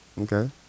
Okay